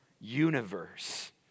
universe